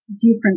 different